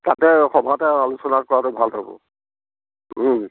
তাতে সভাতে আলোচনা কৰাটো ভাল হ'ব